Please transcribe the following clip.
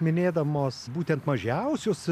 minėdamos būtent mažiausius